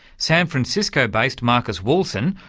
san francisco-based marcus wohlsen,